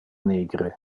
nigre